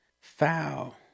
foul